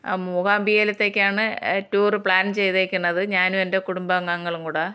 മൂകാംബികയിലേത്തെക്കാണ് tour plan ചെയ്തേക്കുന്നത് ഞാനും എന്റെ കുടംബാംഗങ്ങളും കൂടെയാണ്